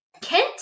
Kent